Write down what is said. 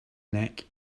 neck